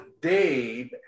Dave